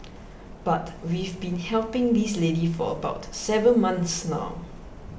but we've been helping this lady for about seven months now